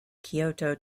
kyoto